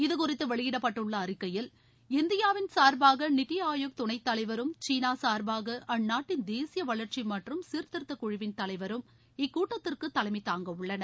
இதுகுறித்து வெளியிடப்பட்டுள்ள அறிக்கையில் இந்தியாவின் சார்பாக நிதி ஆயோக் துணைத் தலைவரும் சீனா சார்பாக அந்நாட்டின் தேசிய வளர்ச்சி மற்றம் சீர்திருத்த குழுவின் தலைவரும் இக்கூட்டத்திற்கு தலைமை தாங்கவுள்ளனர்